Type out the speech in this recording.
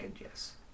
yes